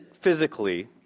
physically